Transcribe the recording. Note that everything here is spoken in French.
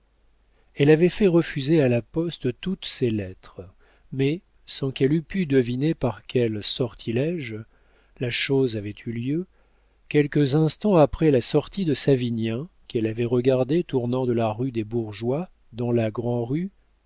elle avait fait refuser à la poste toutes ses lettres mais sans qu'elle eût pu deviner par quel sortilège la chose avait eu lieu quelques instants après la sortie de savinien qu'elle avait regardé tournant de la rue des bourgeois dans la grand'rue